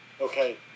okay